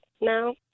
now